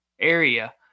area